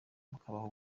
bakabaha